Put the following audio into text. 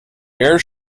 air